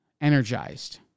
energized